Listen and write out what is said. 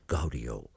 Gaudio